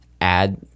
add